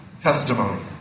testimony